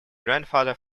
grandfather